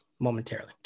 momentarily